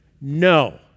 No